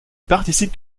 participe